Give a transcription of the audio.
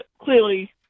clearly